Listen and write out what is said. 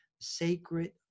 sacred